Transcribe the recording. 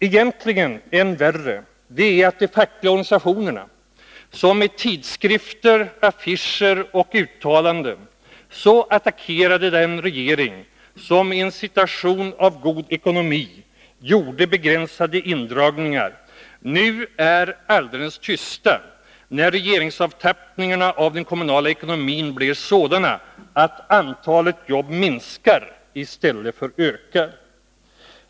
Men än värre är egentligen att de fackliga organisationerna, som i tidskrifter, på affischer och i uttalanden så hårt attackerade den regering som ien situation av god ekonomi gjorde begränsade indragningar, nu är alldeles tysta när regeringsavtappningarna i den kommunala ekonomin blir sådana att antalet jobb minskar i stället för att öka.